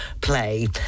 play